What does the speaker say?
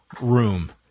room